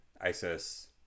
Isis